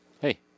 hey